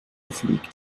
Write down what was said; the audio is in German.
fliegt